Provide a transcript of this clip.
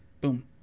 Boom